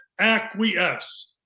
acquiesce